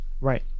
Right